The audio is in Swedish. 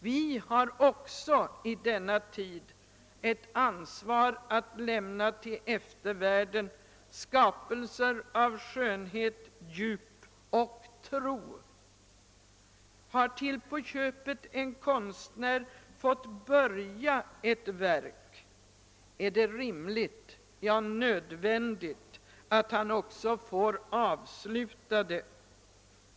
Vi har också i denna tid ett ansvar att lämna till eftervärlden skapelser av skönhet, djup och tro. Har till på köpet en konstnär fått börja ett verk, är det rimligt, ja nödvändigt, att han också får avsluta det.